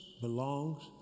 belongs